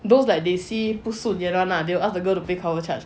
those that they see 不是 nearer they will ask them to pay cover charge